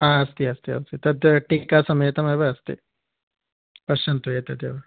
हा अस्ति अस्ति अस्ति तद् टीकासमेतमेव अस्ति पश्यन्तु एतद् एव